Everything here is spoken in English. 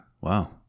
Wow